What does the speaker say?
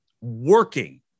working